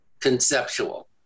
conceptual